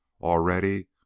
Already